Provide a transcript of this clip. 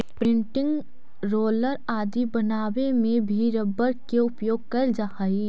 printing roller आदि बनावे में भी रबर के उपयोग कैल जा हइ